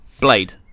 Blade